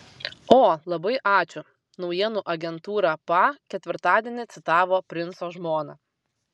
o labai ačiū naujienų agentūra pa ketvirtadienį citavo princo žmoną